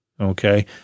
Okay